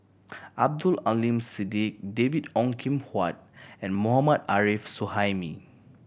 Abdul Aleem Siddique David Ong Kim Huat and Mohammad Arif Suhaimi